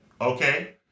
okay